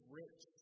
rich